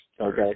Okay